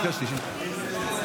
53), התשפ"ג 2023,